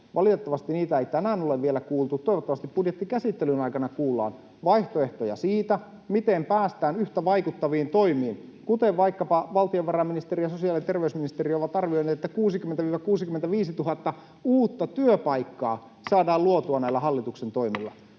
Valitettavasti niitä ei tänään ole vielä kuultu. Toivottavasti budjettikäsittelyn aikana kuullaan vaihtoehtoja siitä, miten päästään yhtä vaikuttaviin toimiin, kun vaikkapa valtiovarainministeriö ja sosiaali- ja terveysministeriö ovat arvioineet, että 60 000—65 000 uutta työpaikkaa saadaan luotua näillä hallituksen toimilla.